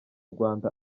rwanda